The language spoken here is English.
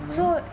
mmhmm